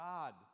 God